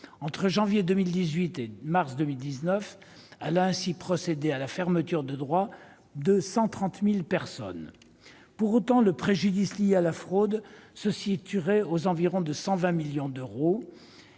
entre janvier 2018 et mars 2019, elle a ainsi procédé à la fermeture des droits de 130 000 personnes. Face à un préjudice lié à la fraude qui se situerait aux environs de 120 millions d'euros,